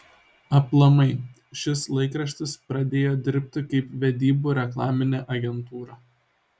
aplamai šis laikraštis pradėjo dirbti kaip vedybų reklaminė agentūra